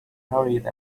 hurried